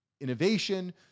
innovation